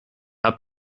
habt